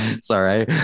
Sorry